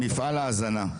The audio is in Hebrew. מפעל ההזנה,